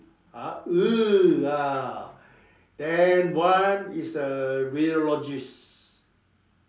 !huh! !ee! ah then one is the radiologist